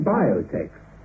biotech